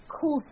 cool